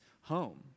home